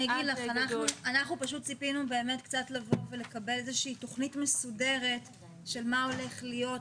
אנחנו ציפינו לקבל תכנית מסודרת של מה הולך להיות,